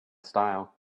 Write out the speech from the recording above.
style